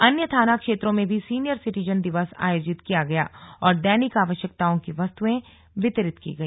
अन्य थाना क्षेत्रों में भी सीनियर सिटीजन दिवस आयोजित किया गया और दैनिक आवश्यकताओं की वस्तुएं वितरित की गई